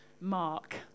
Mark